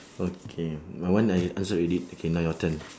okay my one I answer already okay now your turn